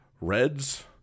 Reds